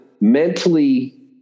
mentally